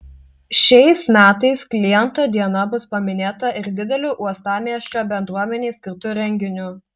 šiais metais kliento diena bus paminėta ir dideliu uostamiesčio bendruomenei skirtu renginiu